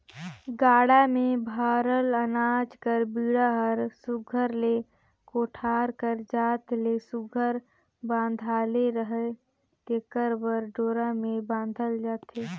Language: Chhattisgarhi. गाड़ा मे भराल अनाज कर बीड़ा हर सुग्घर ले कोठार कर जात ले सुघर बंधाले रहें तेकर बर डोरा मे बाधल जाथे